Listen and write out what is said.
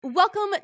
Welcome